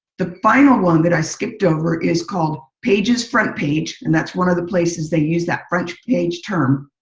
the final one that i skipped over is called pages front page, and that's one of the places they use that front page term.